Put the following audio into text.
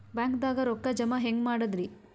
ಬ್ಯಾಂಕ್ದಾಗ ರೊಕ್ಕ ಜಮ ಹೆಂಗ್ ಮಾಡದ್ರಿ?